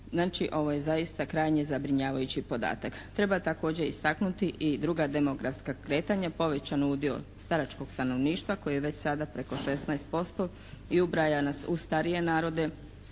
Znači ovo je zaista krajnje zabrinjavajući podatak. Treba također istaknuti i druga demografska kretanja, povećan udio staračkog stanovništva koji je već sada preko 16% i ubraja nas u starije narode